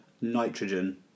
nitrogen